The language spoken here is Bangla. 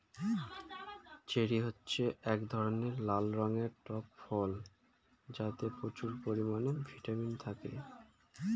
চেরি হচ্ছে এক ধরনের লাল রঙের টক ফল যাতে প্রচুর পরিমাণে ভিটামিন থাকে